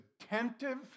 attentive